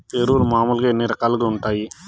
ఎరువులు మామూలుగా ఎన్ని రకాలుగా వుంటాయి?